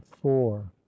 four